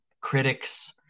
critics